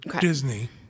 Disney